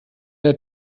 der